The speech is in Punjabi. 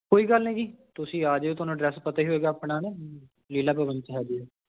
ਕੋਈ ਗੱਲ ਨਹੀਂ ਜੀ ਤੁਸੀਂ ਆ ਜਾਇਓ ਤੁਹਾਨੂੰ ਐਡਰੈਸ ਪਤਾ ਹੀ ਹੋਵੇਗਾ ਆਪਣਾ ਹੈ ਨਾ ਲੀਲਾ ਭਵਨ 'ਚ ਹੈ ਜੀ